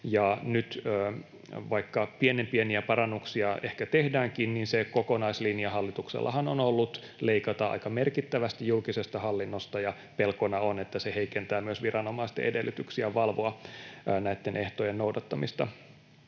nyt, vaikka pienen pieniä parannuksia ehkä tehdäänkin, se kokonaislinja hallituksellahan on ollut leikata aika merkittävästi julkisesta hallinnosta, joten pelkona on, että se heikentää myös viranomaisten edellytyksiä valvoa näitten ehtojen noudattamista.